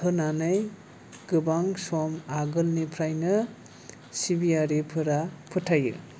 होननानै गोबां सम आगोलनिफ्रायनो सिबियारिफोरा फोथायो